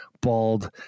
bald